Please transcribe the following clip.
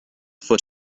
foot